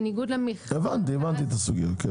בניגוד --- הבנתי את הסוגיה.